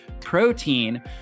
protein